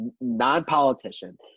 non-politician